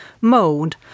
mode